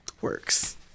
Works